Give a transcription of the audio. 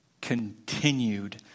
continued